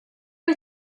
wyt